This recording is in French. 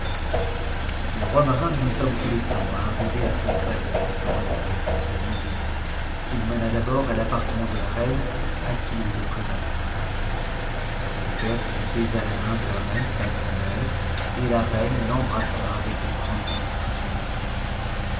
le roi marin ne mit pas beaucoup de temps à arriver à son pa avec le roi de perse son neveu qu'il mena d'abord à t'appartemf t la reine à qui il le présenta le roi de perse baisa la main de la reine sa p'and'mère et la reine l'embrassa avec une grande démonstration de joie